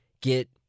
get